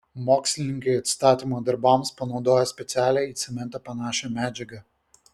mokslininkai atstatymo darbams panaudojo specialią į cementą panašią medžiagą